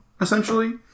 essentially